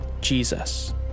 Jesus